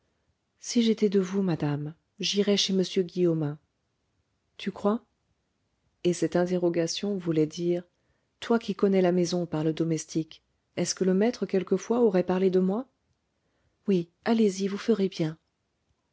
si j'étais de vous madame j'irais chez m guillaumin tu crois et cette interrogation voulait dire toi qui connais la maison par le domestique est-ce que le maître quelquefois aurait parlé de moi oui allez-y vous ferez bien